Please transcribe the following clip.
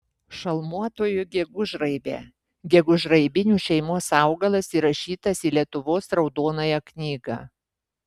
šalmuotoji gegužraibė gegužraibinių šeimos augalas įrašytas į lietuvos raudonąją knygą